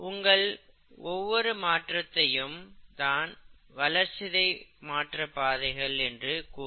இந்த ஒவ்வொரு மாற்றத்தையும் தான் வளர்சிதை மாற்ற பாதைகள் என்று கூறுவர்